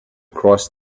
crossed